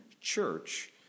church